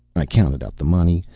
i counted out the money,